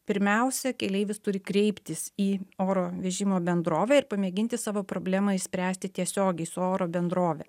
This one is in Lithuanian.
pirmiausia keleivis turi kreiptis į oro vežimo bendrovę ir pamėginti savo problemą išspręsti tiesiogiai su oro bendrove